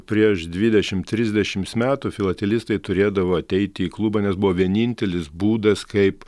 prieš dvidešimt trisdešimts metų filatelistai turėdavo ateiti į klubą nes buvo vienintelis būdas kaip